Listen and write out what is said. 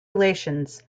relations